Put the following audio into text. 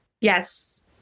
Yes